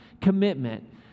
commitment